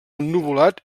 ennuvolat